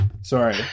Sorry